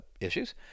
issues